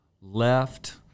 left